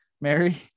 mary